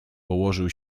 położył